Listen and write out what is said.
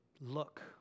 look